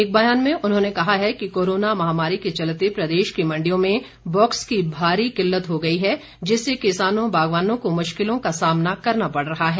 एक बयान में उन्होंने कहा है कि कोरोना महामारी के चलते प्रदेश की मंडियों में बॉक्स की भारी किल्लत हो गई है जिससे किसानों बागवानों को मुश्किलों का सामना करना पड़ रहा है